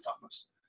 farmers